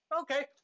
Okay